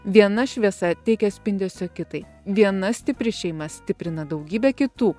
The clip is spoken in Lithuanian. viena šviesa teikia spindesio kitai viena stipri šeima stiprina daugybę kitų